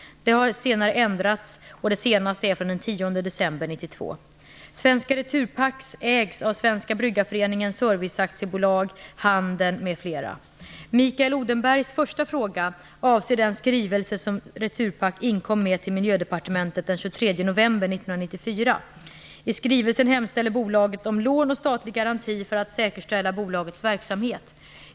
Detta har sedermera ändrats. Det senaste är från den 10 december Mikael Odenbergs första fråga avser den skrivelse som Returpack inkom med till Miljödepartementet den 23 november 1994. I skrivelsen hemställer bolaget om lån och statlig garanti för att säkerställa bolagets verksamhet.